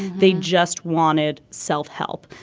they just wanted self-help.